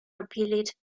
appealed